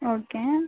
okay